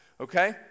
okay